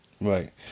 Right